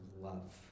love